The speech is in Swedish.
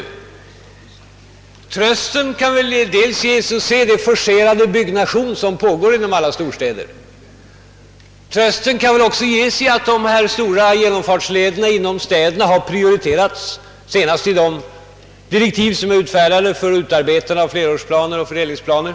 En tröst kan man väl finna dels i den forcerade byggnation som pågår i alla storstäder och dels i att de stora genomfartslederna i städerna har prioriterats, senast i direktiven för utarbetande av flerårsplaner och fördelningsplaner.